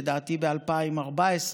לדעתי ב-2014,